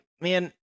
man